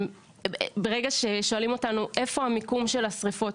ברגע ששואלים אותנו איפה המיקום של השריפות,